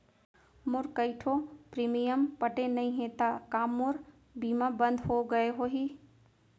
मोर कई ठो प्रीमियम पटे नई हे ता का मोर बीमा बंद हो गए होही?